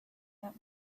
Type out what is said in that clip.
that